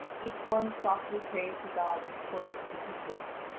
each one softly prays to god in accordance with his wish.